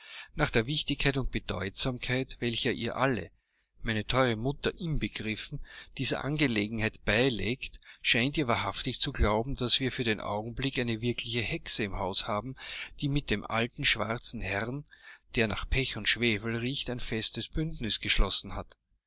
nach der wichtigkeit und bedeutsamkeit welche ihr alle meine teure mutter inbegriffen dieser angelegenheit beilegt scheint ihr wahrhaftig zu glauben daß wir für den augenblick eine wirkliche hexe im hause haben die mit dem alten schwarzen herrn der nach pech und schwefel riecht ein festes bündnis geschlossen hat